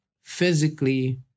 physically